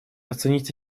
оценить